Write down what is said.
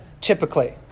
typically